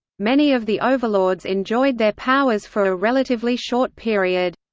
many of the overlords enjoyed their powers for a relatively short period.